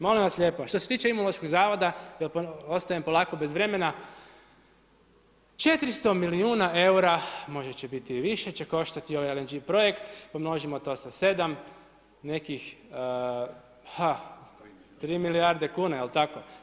Molim vas lijepo, što se tiče Imunološkog zavoda, ostajem polako bez vremena, 400 milijuna eura, možda će biti i više, će koštati ovaj LNG projekt, pomnožimo to sa 7, nekih 3 milijarde kuna, jel tako.